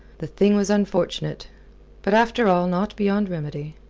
the thing was unfortunate but after all not beyond remedy.